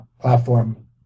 platform